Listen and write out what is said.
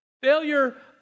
Failure